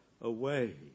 away